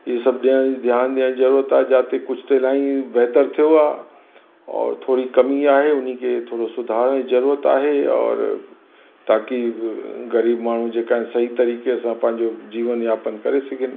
इहे सभु ॼण ध्यानु ॾियण जी ज़रूरत आहे जिते कुझु त इलाही बहितरु थियो आहे और थोरी कमी आहे उन खे थोरो सुधारण जी ज़रूरत आहे और ताकी ग़रीब माण्हू जेका आहिनि उहो सही तरीक़े सां पंहिंजो जीवन व्यापन करे सघनि